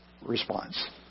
response